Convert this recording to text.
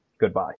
Goodbye